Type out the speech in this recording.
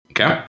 Okay